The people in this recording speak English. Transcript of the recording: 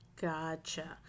Gotcha